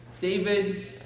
David